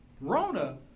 Rona